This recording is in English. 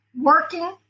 working